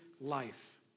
life